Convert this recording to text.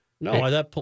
No